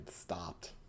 stopped